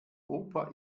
opa